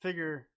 Figure